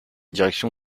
direction